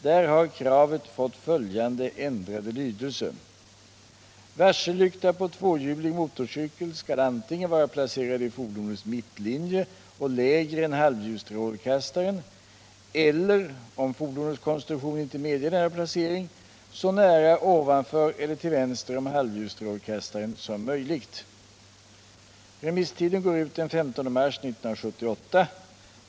Där har kravet fått följande ändrade lydelse: ” Varsellykta på tvåhjulig motorcykel skall antingen vara placerad i fordonets mittlinje och lägre än halvljusstrålkastaren eller om fordonets konstruktion inte medger denna placering så nära ovanför eller till vänster om halvljusstrålkastaren som möjligt.” Remisstiden går ut den 15 mars 1978.